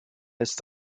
ist